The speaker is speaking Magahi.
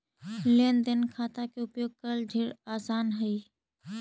लेन देन खाता के उपयोग करल ढेर आसान हई